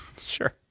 sure